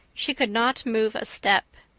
she could not move a step.